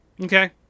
Okay